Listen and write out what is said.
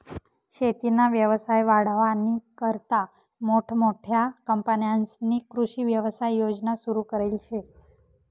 शेतीना व्यवसाय वाढावानीकरता मोठमोठ्या कंपन्यांस्नी कृषी व्यवसाय योजना सुरु करेल शे